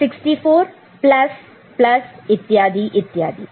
Refer Time 0341 64 plus इत्यादि इत्यादि